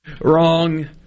Wrong